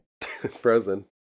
Frozen